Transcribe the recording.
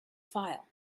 file